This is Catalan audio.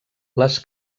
les